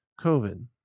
COVID